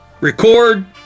record